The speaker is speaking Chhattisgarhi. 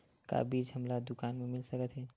का बीज हमला दुकान म मिल सकत हे?